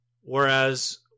Whereas